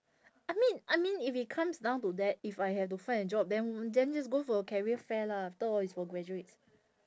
I mean I mean if it comes down to that if I have to find a job then then just go for career fair lah after all it's for graduates